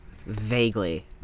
Vaguely